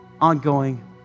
ongoing